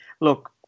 Look